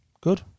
good